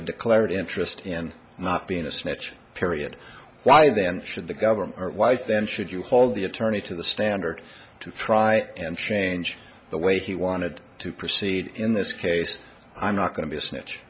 a declared interest in not being a snitch period why then should the government why then should you hold the attorney to the standard to try and change the way he wanted to proceed in this case i'm not going to be a snitch